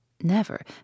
Never